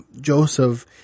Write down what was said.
Joseph